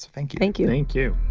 thank you thank you thank you